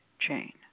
chain